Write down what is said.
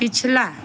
पिछला